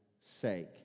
sake